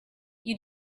you